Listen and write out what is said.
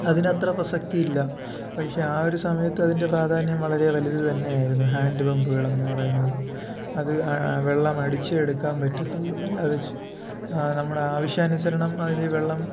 അതിന് അത്ര പ്രസക്തി ഇല്ല പക്ഷേ ആ ഒരു സമയത്ത് അതിൻ്റെ പ്രാധാന്യം വളരെ വലുത് തന്നെ ആയിരുന്നു ഹാൻ്റ് പമ്പുകൾ എന്നുപറയുന്നത് അത് വെള്ളമടിച്ച് എടുക്കാൻ പറ്റത്തുള്ളൂ അല്ലാതെ നമ്മുടെ ആവശ്യാനുസരണം അതിൽ വെള്ളം